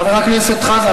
חבר הכנסת חזן,